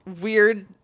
weird